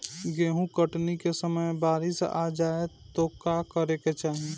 गेहुँ कटनी के समय बारीस आ जाए तो का करे के चाही?